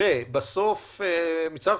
מצד אחד,